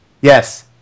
Yes